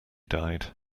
died